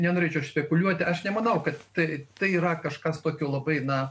nenorėčiau aš spekuliuoti aš nemanau kad tai tai yra kažkas tokio labai na